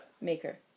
Maker